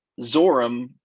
Zoram